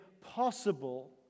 possible